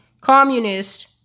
communist